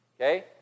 okay